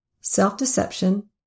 self-deception